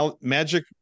magic